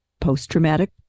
post-traumatic